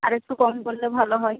আর একটু কম করলে ভালো হয়